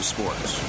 Sports